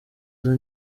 izo